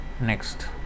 Next